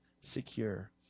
secure